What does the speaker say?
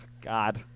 God